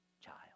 child